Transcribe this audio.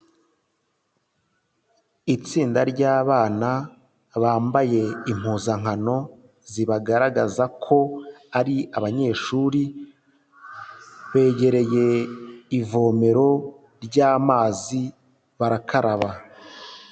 Itsinda ry'abana bambaye impuzankano zibagaragaza ko ari abanyeshuri, begereye ivomero ry'amazi barakaraba.